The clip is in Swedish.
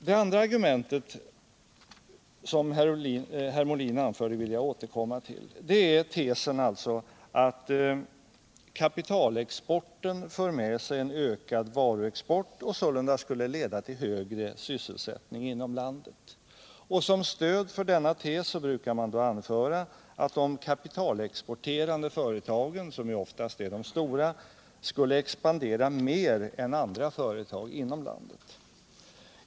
Det andra argument som herr Molin anför vill jag återkomma till, nämligen tesen att kapitalexport för med sig en ökad varuexport och sålunda skulle leda tull högre sysselsättning inom landet. Som stöd för denna tes brukar man anföra att de kaphalexporterande företagen, som ofta är de stora. skulle Nr 138 expandera mer än andra företag inom landet.